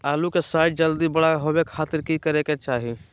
आलू के साइज जल्दी बड़ा होबे के खातिर की करे के चाही?